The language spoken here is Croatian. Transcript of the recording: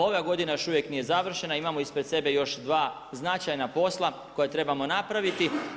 Ova godina još uvijek nije završena, imamo ispred sebe još 2 značajna posla, koja trebamo napraviti.